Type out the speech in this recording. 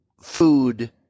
food